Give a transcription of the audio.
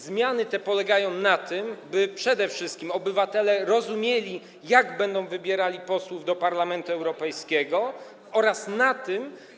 Zmiany te polegają na tym, by przede wszystkim obywatele rozumieli to, jak będą wybierali posłów do Parlamentu Europejskiego, oraz na tym.